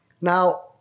Now